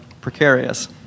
precarious